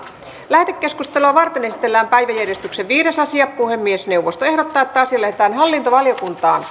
lähetekeskustelua varten esitellään päiväjärjestyksen viides asia puhemiesneuvosto ehdottaa että asia lähetetään hallintovaliokuntaan